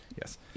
yes